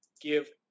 give